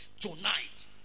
tonight